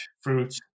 fruits